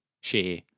share